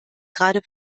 gerade